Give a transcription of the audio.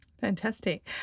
Fantastic